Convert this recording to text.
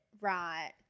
right